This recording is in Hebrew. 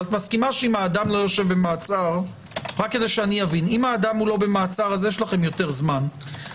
אבל אם האדם לא במעצר, יש לכם יותר זמן.